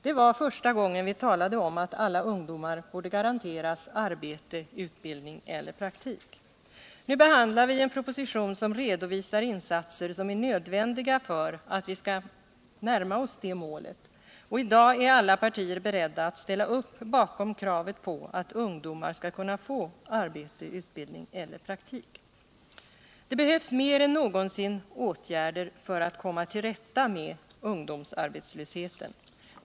Det var första gången vi talade om att alla ungdomar borde garanteras arbete, utbildning eler praktik. Nu behandlar vi en proposition som redovisar insatser som är nödvändiga för att vi skall närma oss det målet. I dag är alla partier beredda att ställa upp bakom kravet på att ungdomar skall kunna tå arbete, utbildning eller praktik. Det behövs mer in någonsin åtgärder för att komma till rätta med ungdomsarbetslösheten.